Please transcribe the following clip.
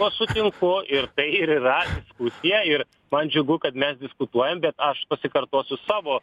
tuo sutinku ir tai ir yra diskusija ir man džiugu kad mes diskutuojam bet aš pasikartosiu savo